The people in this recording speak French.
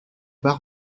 pas